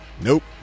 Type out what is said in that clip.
Nope